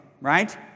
Right